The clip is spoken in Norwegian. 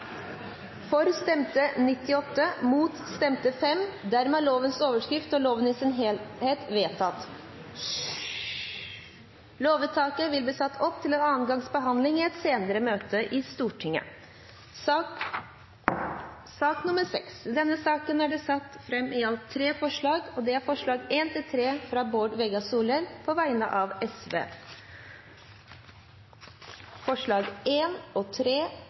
For stemte 93, imot stemte 5 – blir det riktig, hvis representanten ikke stemte? Vi tar voteringen om igjen. Lovvedtaket vil bli satt opp til annen gangs behandling i et senere møte i Stortinget. Under debatten er det satt fram i alt tre forslag. Det er forslagene nr. 1–3, fra Bård Vegar Solhjell, på vegne av Sosialistisk Venstreparti. Det voteres over forslagene nr. 1 og 3. Forslag